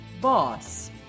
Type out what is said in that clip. boss